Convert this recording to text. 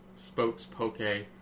spokespoke